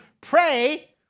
pray